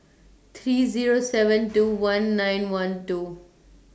three Zero seven two one nine one two